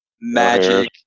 Magic